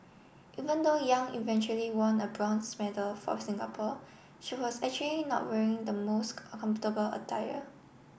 even though Yang eventually won a bronze medal for Singapore she was actually not wearing the most comfortable attire